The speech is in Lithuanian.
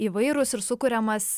įvairūs ir sukuriamas